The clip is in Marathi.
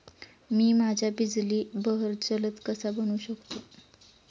मी माझ्या बिजली बहर जलद कसा बनवू शकतो?